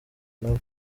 nabo